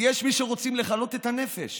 ויש מי שרוצים לכלות את הנפש,